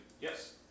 Yes